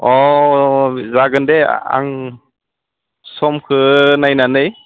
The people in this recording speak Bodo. अ जागोन दे आं समखौ नायनानै